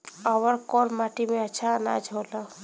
अवर कौन माटी मे अच्छा आनाज होला?